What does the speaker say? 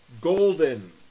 golden